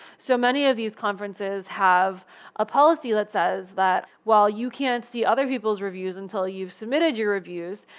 so many of these conferences have a policy that says that while you can't see other people's reviews until you've submitted your reviews,